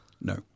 No